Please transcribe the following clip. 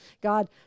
God